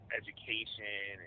education